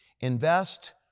invest